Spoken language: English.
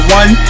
one